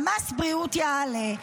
מס הבריאות יעלה,